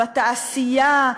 בתעשייה,